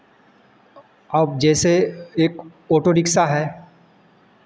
अब जैसे एक ऑटो रिक्सा है